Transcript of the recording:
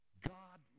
God